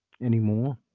anymore